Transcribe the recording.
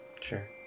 Sure